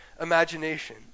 imagination